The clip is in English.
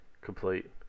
complete